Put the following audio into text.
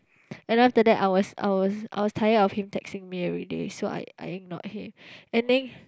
and then after that I was I was I was tired of him texting me everyday so I I ignored him and then